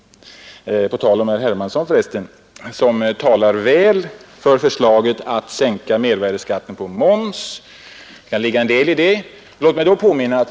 — På tal om herr Hermansson, som talar väl för förslaget att sänka mervärdeskatten på mat — ett förslag som det kan ligga en del i — vill jag påminna honom om en sak.